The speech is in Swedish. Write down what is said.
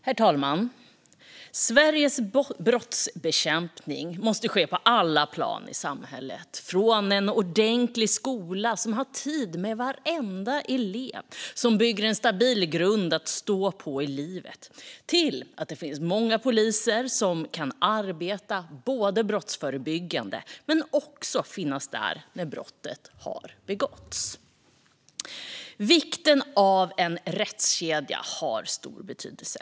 Herr talman! Sveriges brottsbekämpning måste ske på alla plan i samhället, från en ordentlig skola som har tid med varenda elev och bygger en stabil grund att stå på i livet till att det finns många poliser som kan arbeta brottsförebyggande men också finnas där när brottet har begåtts. Rättskedjan har stor betydelse.